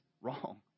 wrong